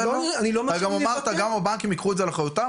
אתר אמרת שגם הבנקים ייקחו את זה על אחריותם,